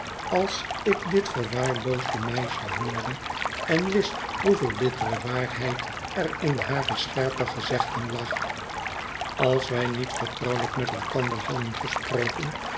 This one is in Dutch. als ik dit verwaarloosde meisje hoorde en wist hoeveel bittere waarheid er in hare scherpe gezegden lag als wij niet vertrouwelijk met elkander hadden gesproken